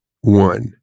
One